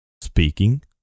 speaking